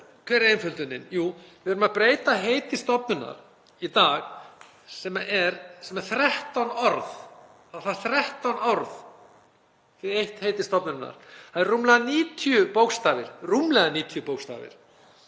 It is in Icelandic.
Hver er einföldunin? Jú, við erum að breyta heiti stofnunar sem er í dag 13 orð, það þarf 13 orð í eitt heiti stofnunar. Það er rúmlega 90 bókstafir.